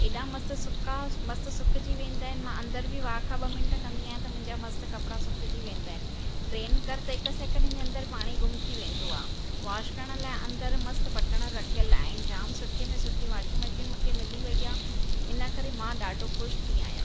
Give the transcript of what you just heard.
एॾा मस्तु सुका मस्तु सुकिजी वेंदा आहिनि मां अंदरि बि वाखा ॿ मिंट कंदी आहियां त मुंहिंजा मस्तु कपिड़ा सुकिजी वेंदा आहिनि ड्रेन कर त हिकु सेकंड जे अंदरि पाणी गुम थी वेंदो आहे वॉश करण लाइ अंदरि मस्तु बटण रखियलु आहिनि जाम सुठे में सुठी वॉशिंग मशीन मूंखे मिली वई आहे इन करे मां ॾाढो ख़ुशि थी आहियां